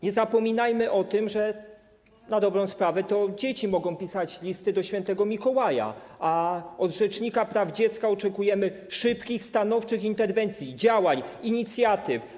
Nie zapominajmy o tym, że na dobrą sprawę to dzieci mogą pisać listy do św. Mikołaja, a od rzecznika praw dziecka oczekujemy szybkich, stanowczych interwencji, działań, inicjatyw.